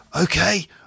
okay